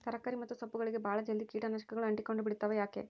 ತರಕಾರಿ ಮತ್ತು ಸೊಪ್ಪುಗಳಗೆ ಬಹಳ ಜಲ್ದಿ ಕೇಟ ನಾಶಕಗಳು ಅಂಟಿಕೊಂಡ ಬಿಡ್ತವಾ ಯಾಕೆ?